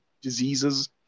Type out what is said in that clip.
diseases